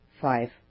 five